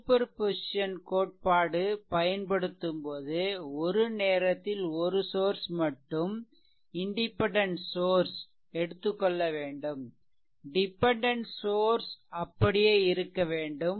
superposition கோட்பாடு பயன்படுத்தும்போது ஒரு நேரத்தில் ஒரு சோர்ஸ் மட்டும் இண்டிபெண்டென்ட் சோர்ஸ் எடுத்துக்கொள்ளவேண்டும் டிபெண்டென்ட் சோர்ஸ் அப்படியே இருக்க வேண்டும்